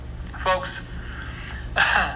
Folks